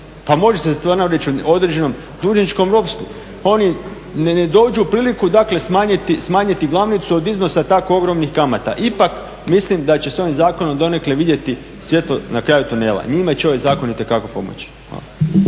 pa može se stvarno reći u određenom dužničkom ropstvu, pa oni ne dođu u priliku, dakle smanjiti glavnicu od iznosa tako ogromnih kamata. Ipak mislim da će se ovim zakonom donekle vidjeti svjetlo na kraju tunela. Njima će ovaj zakon itekako pomoći.